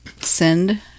send